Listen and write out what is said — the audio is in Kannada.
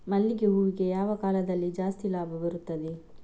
ಮಲ್ಲಿಗೆ ಹೂವಿಗೆ ಯಾವ ಕಾಲದಲ್ಲಿ ಜಾಸ್ತಿ ಲಾಭ ಬರುತ್ತದೆ?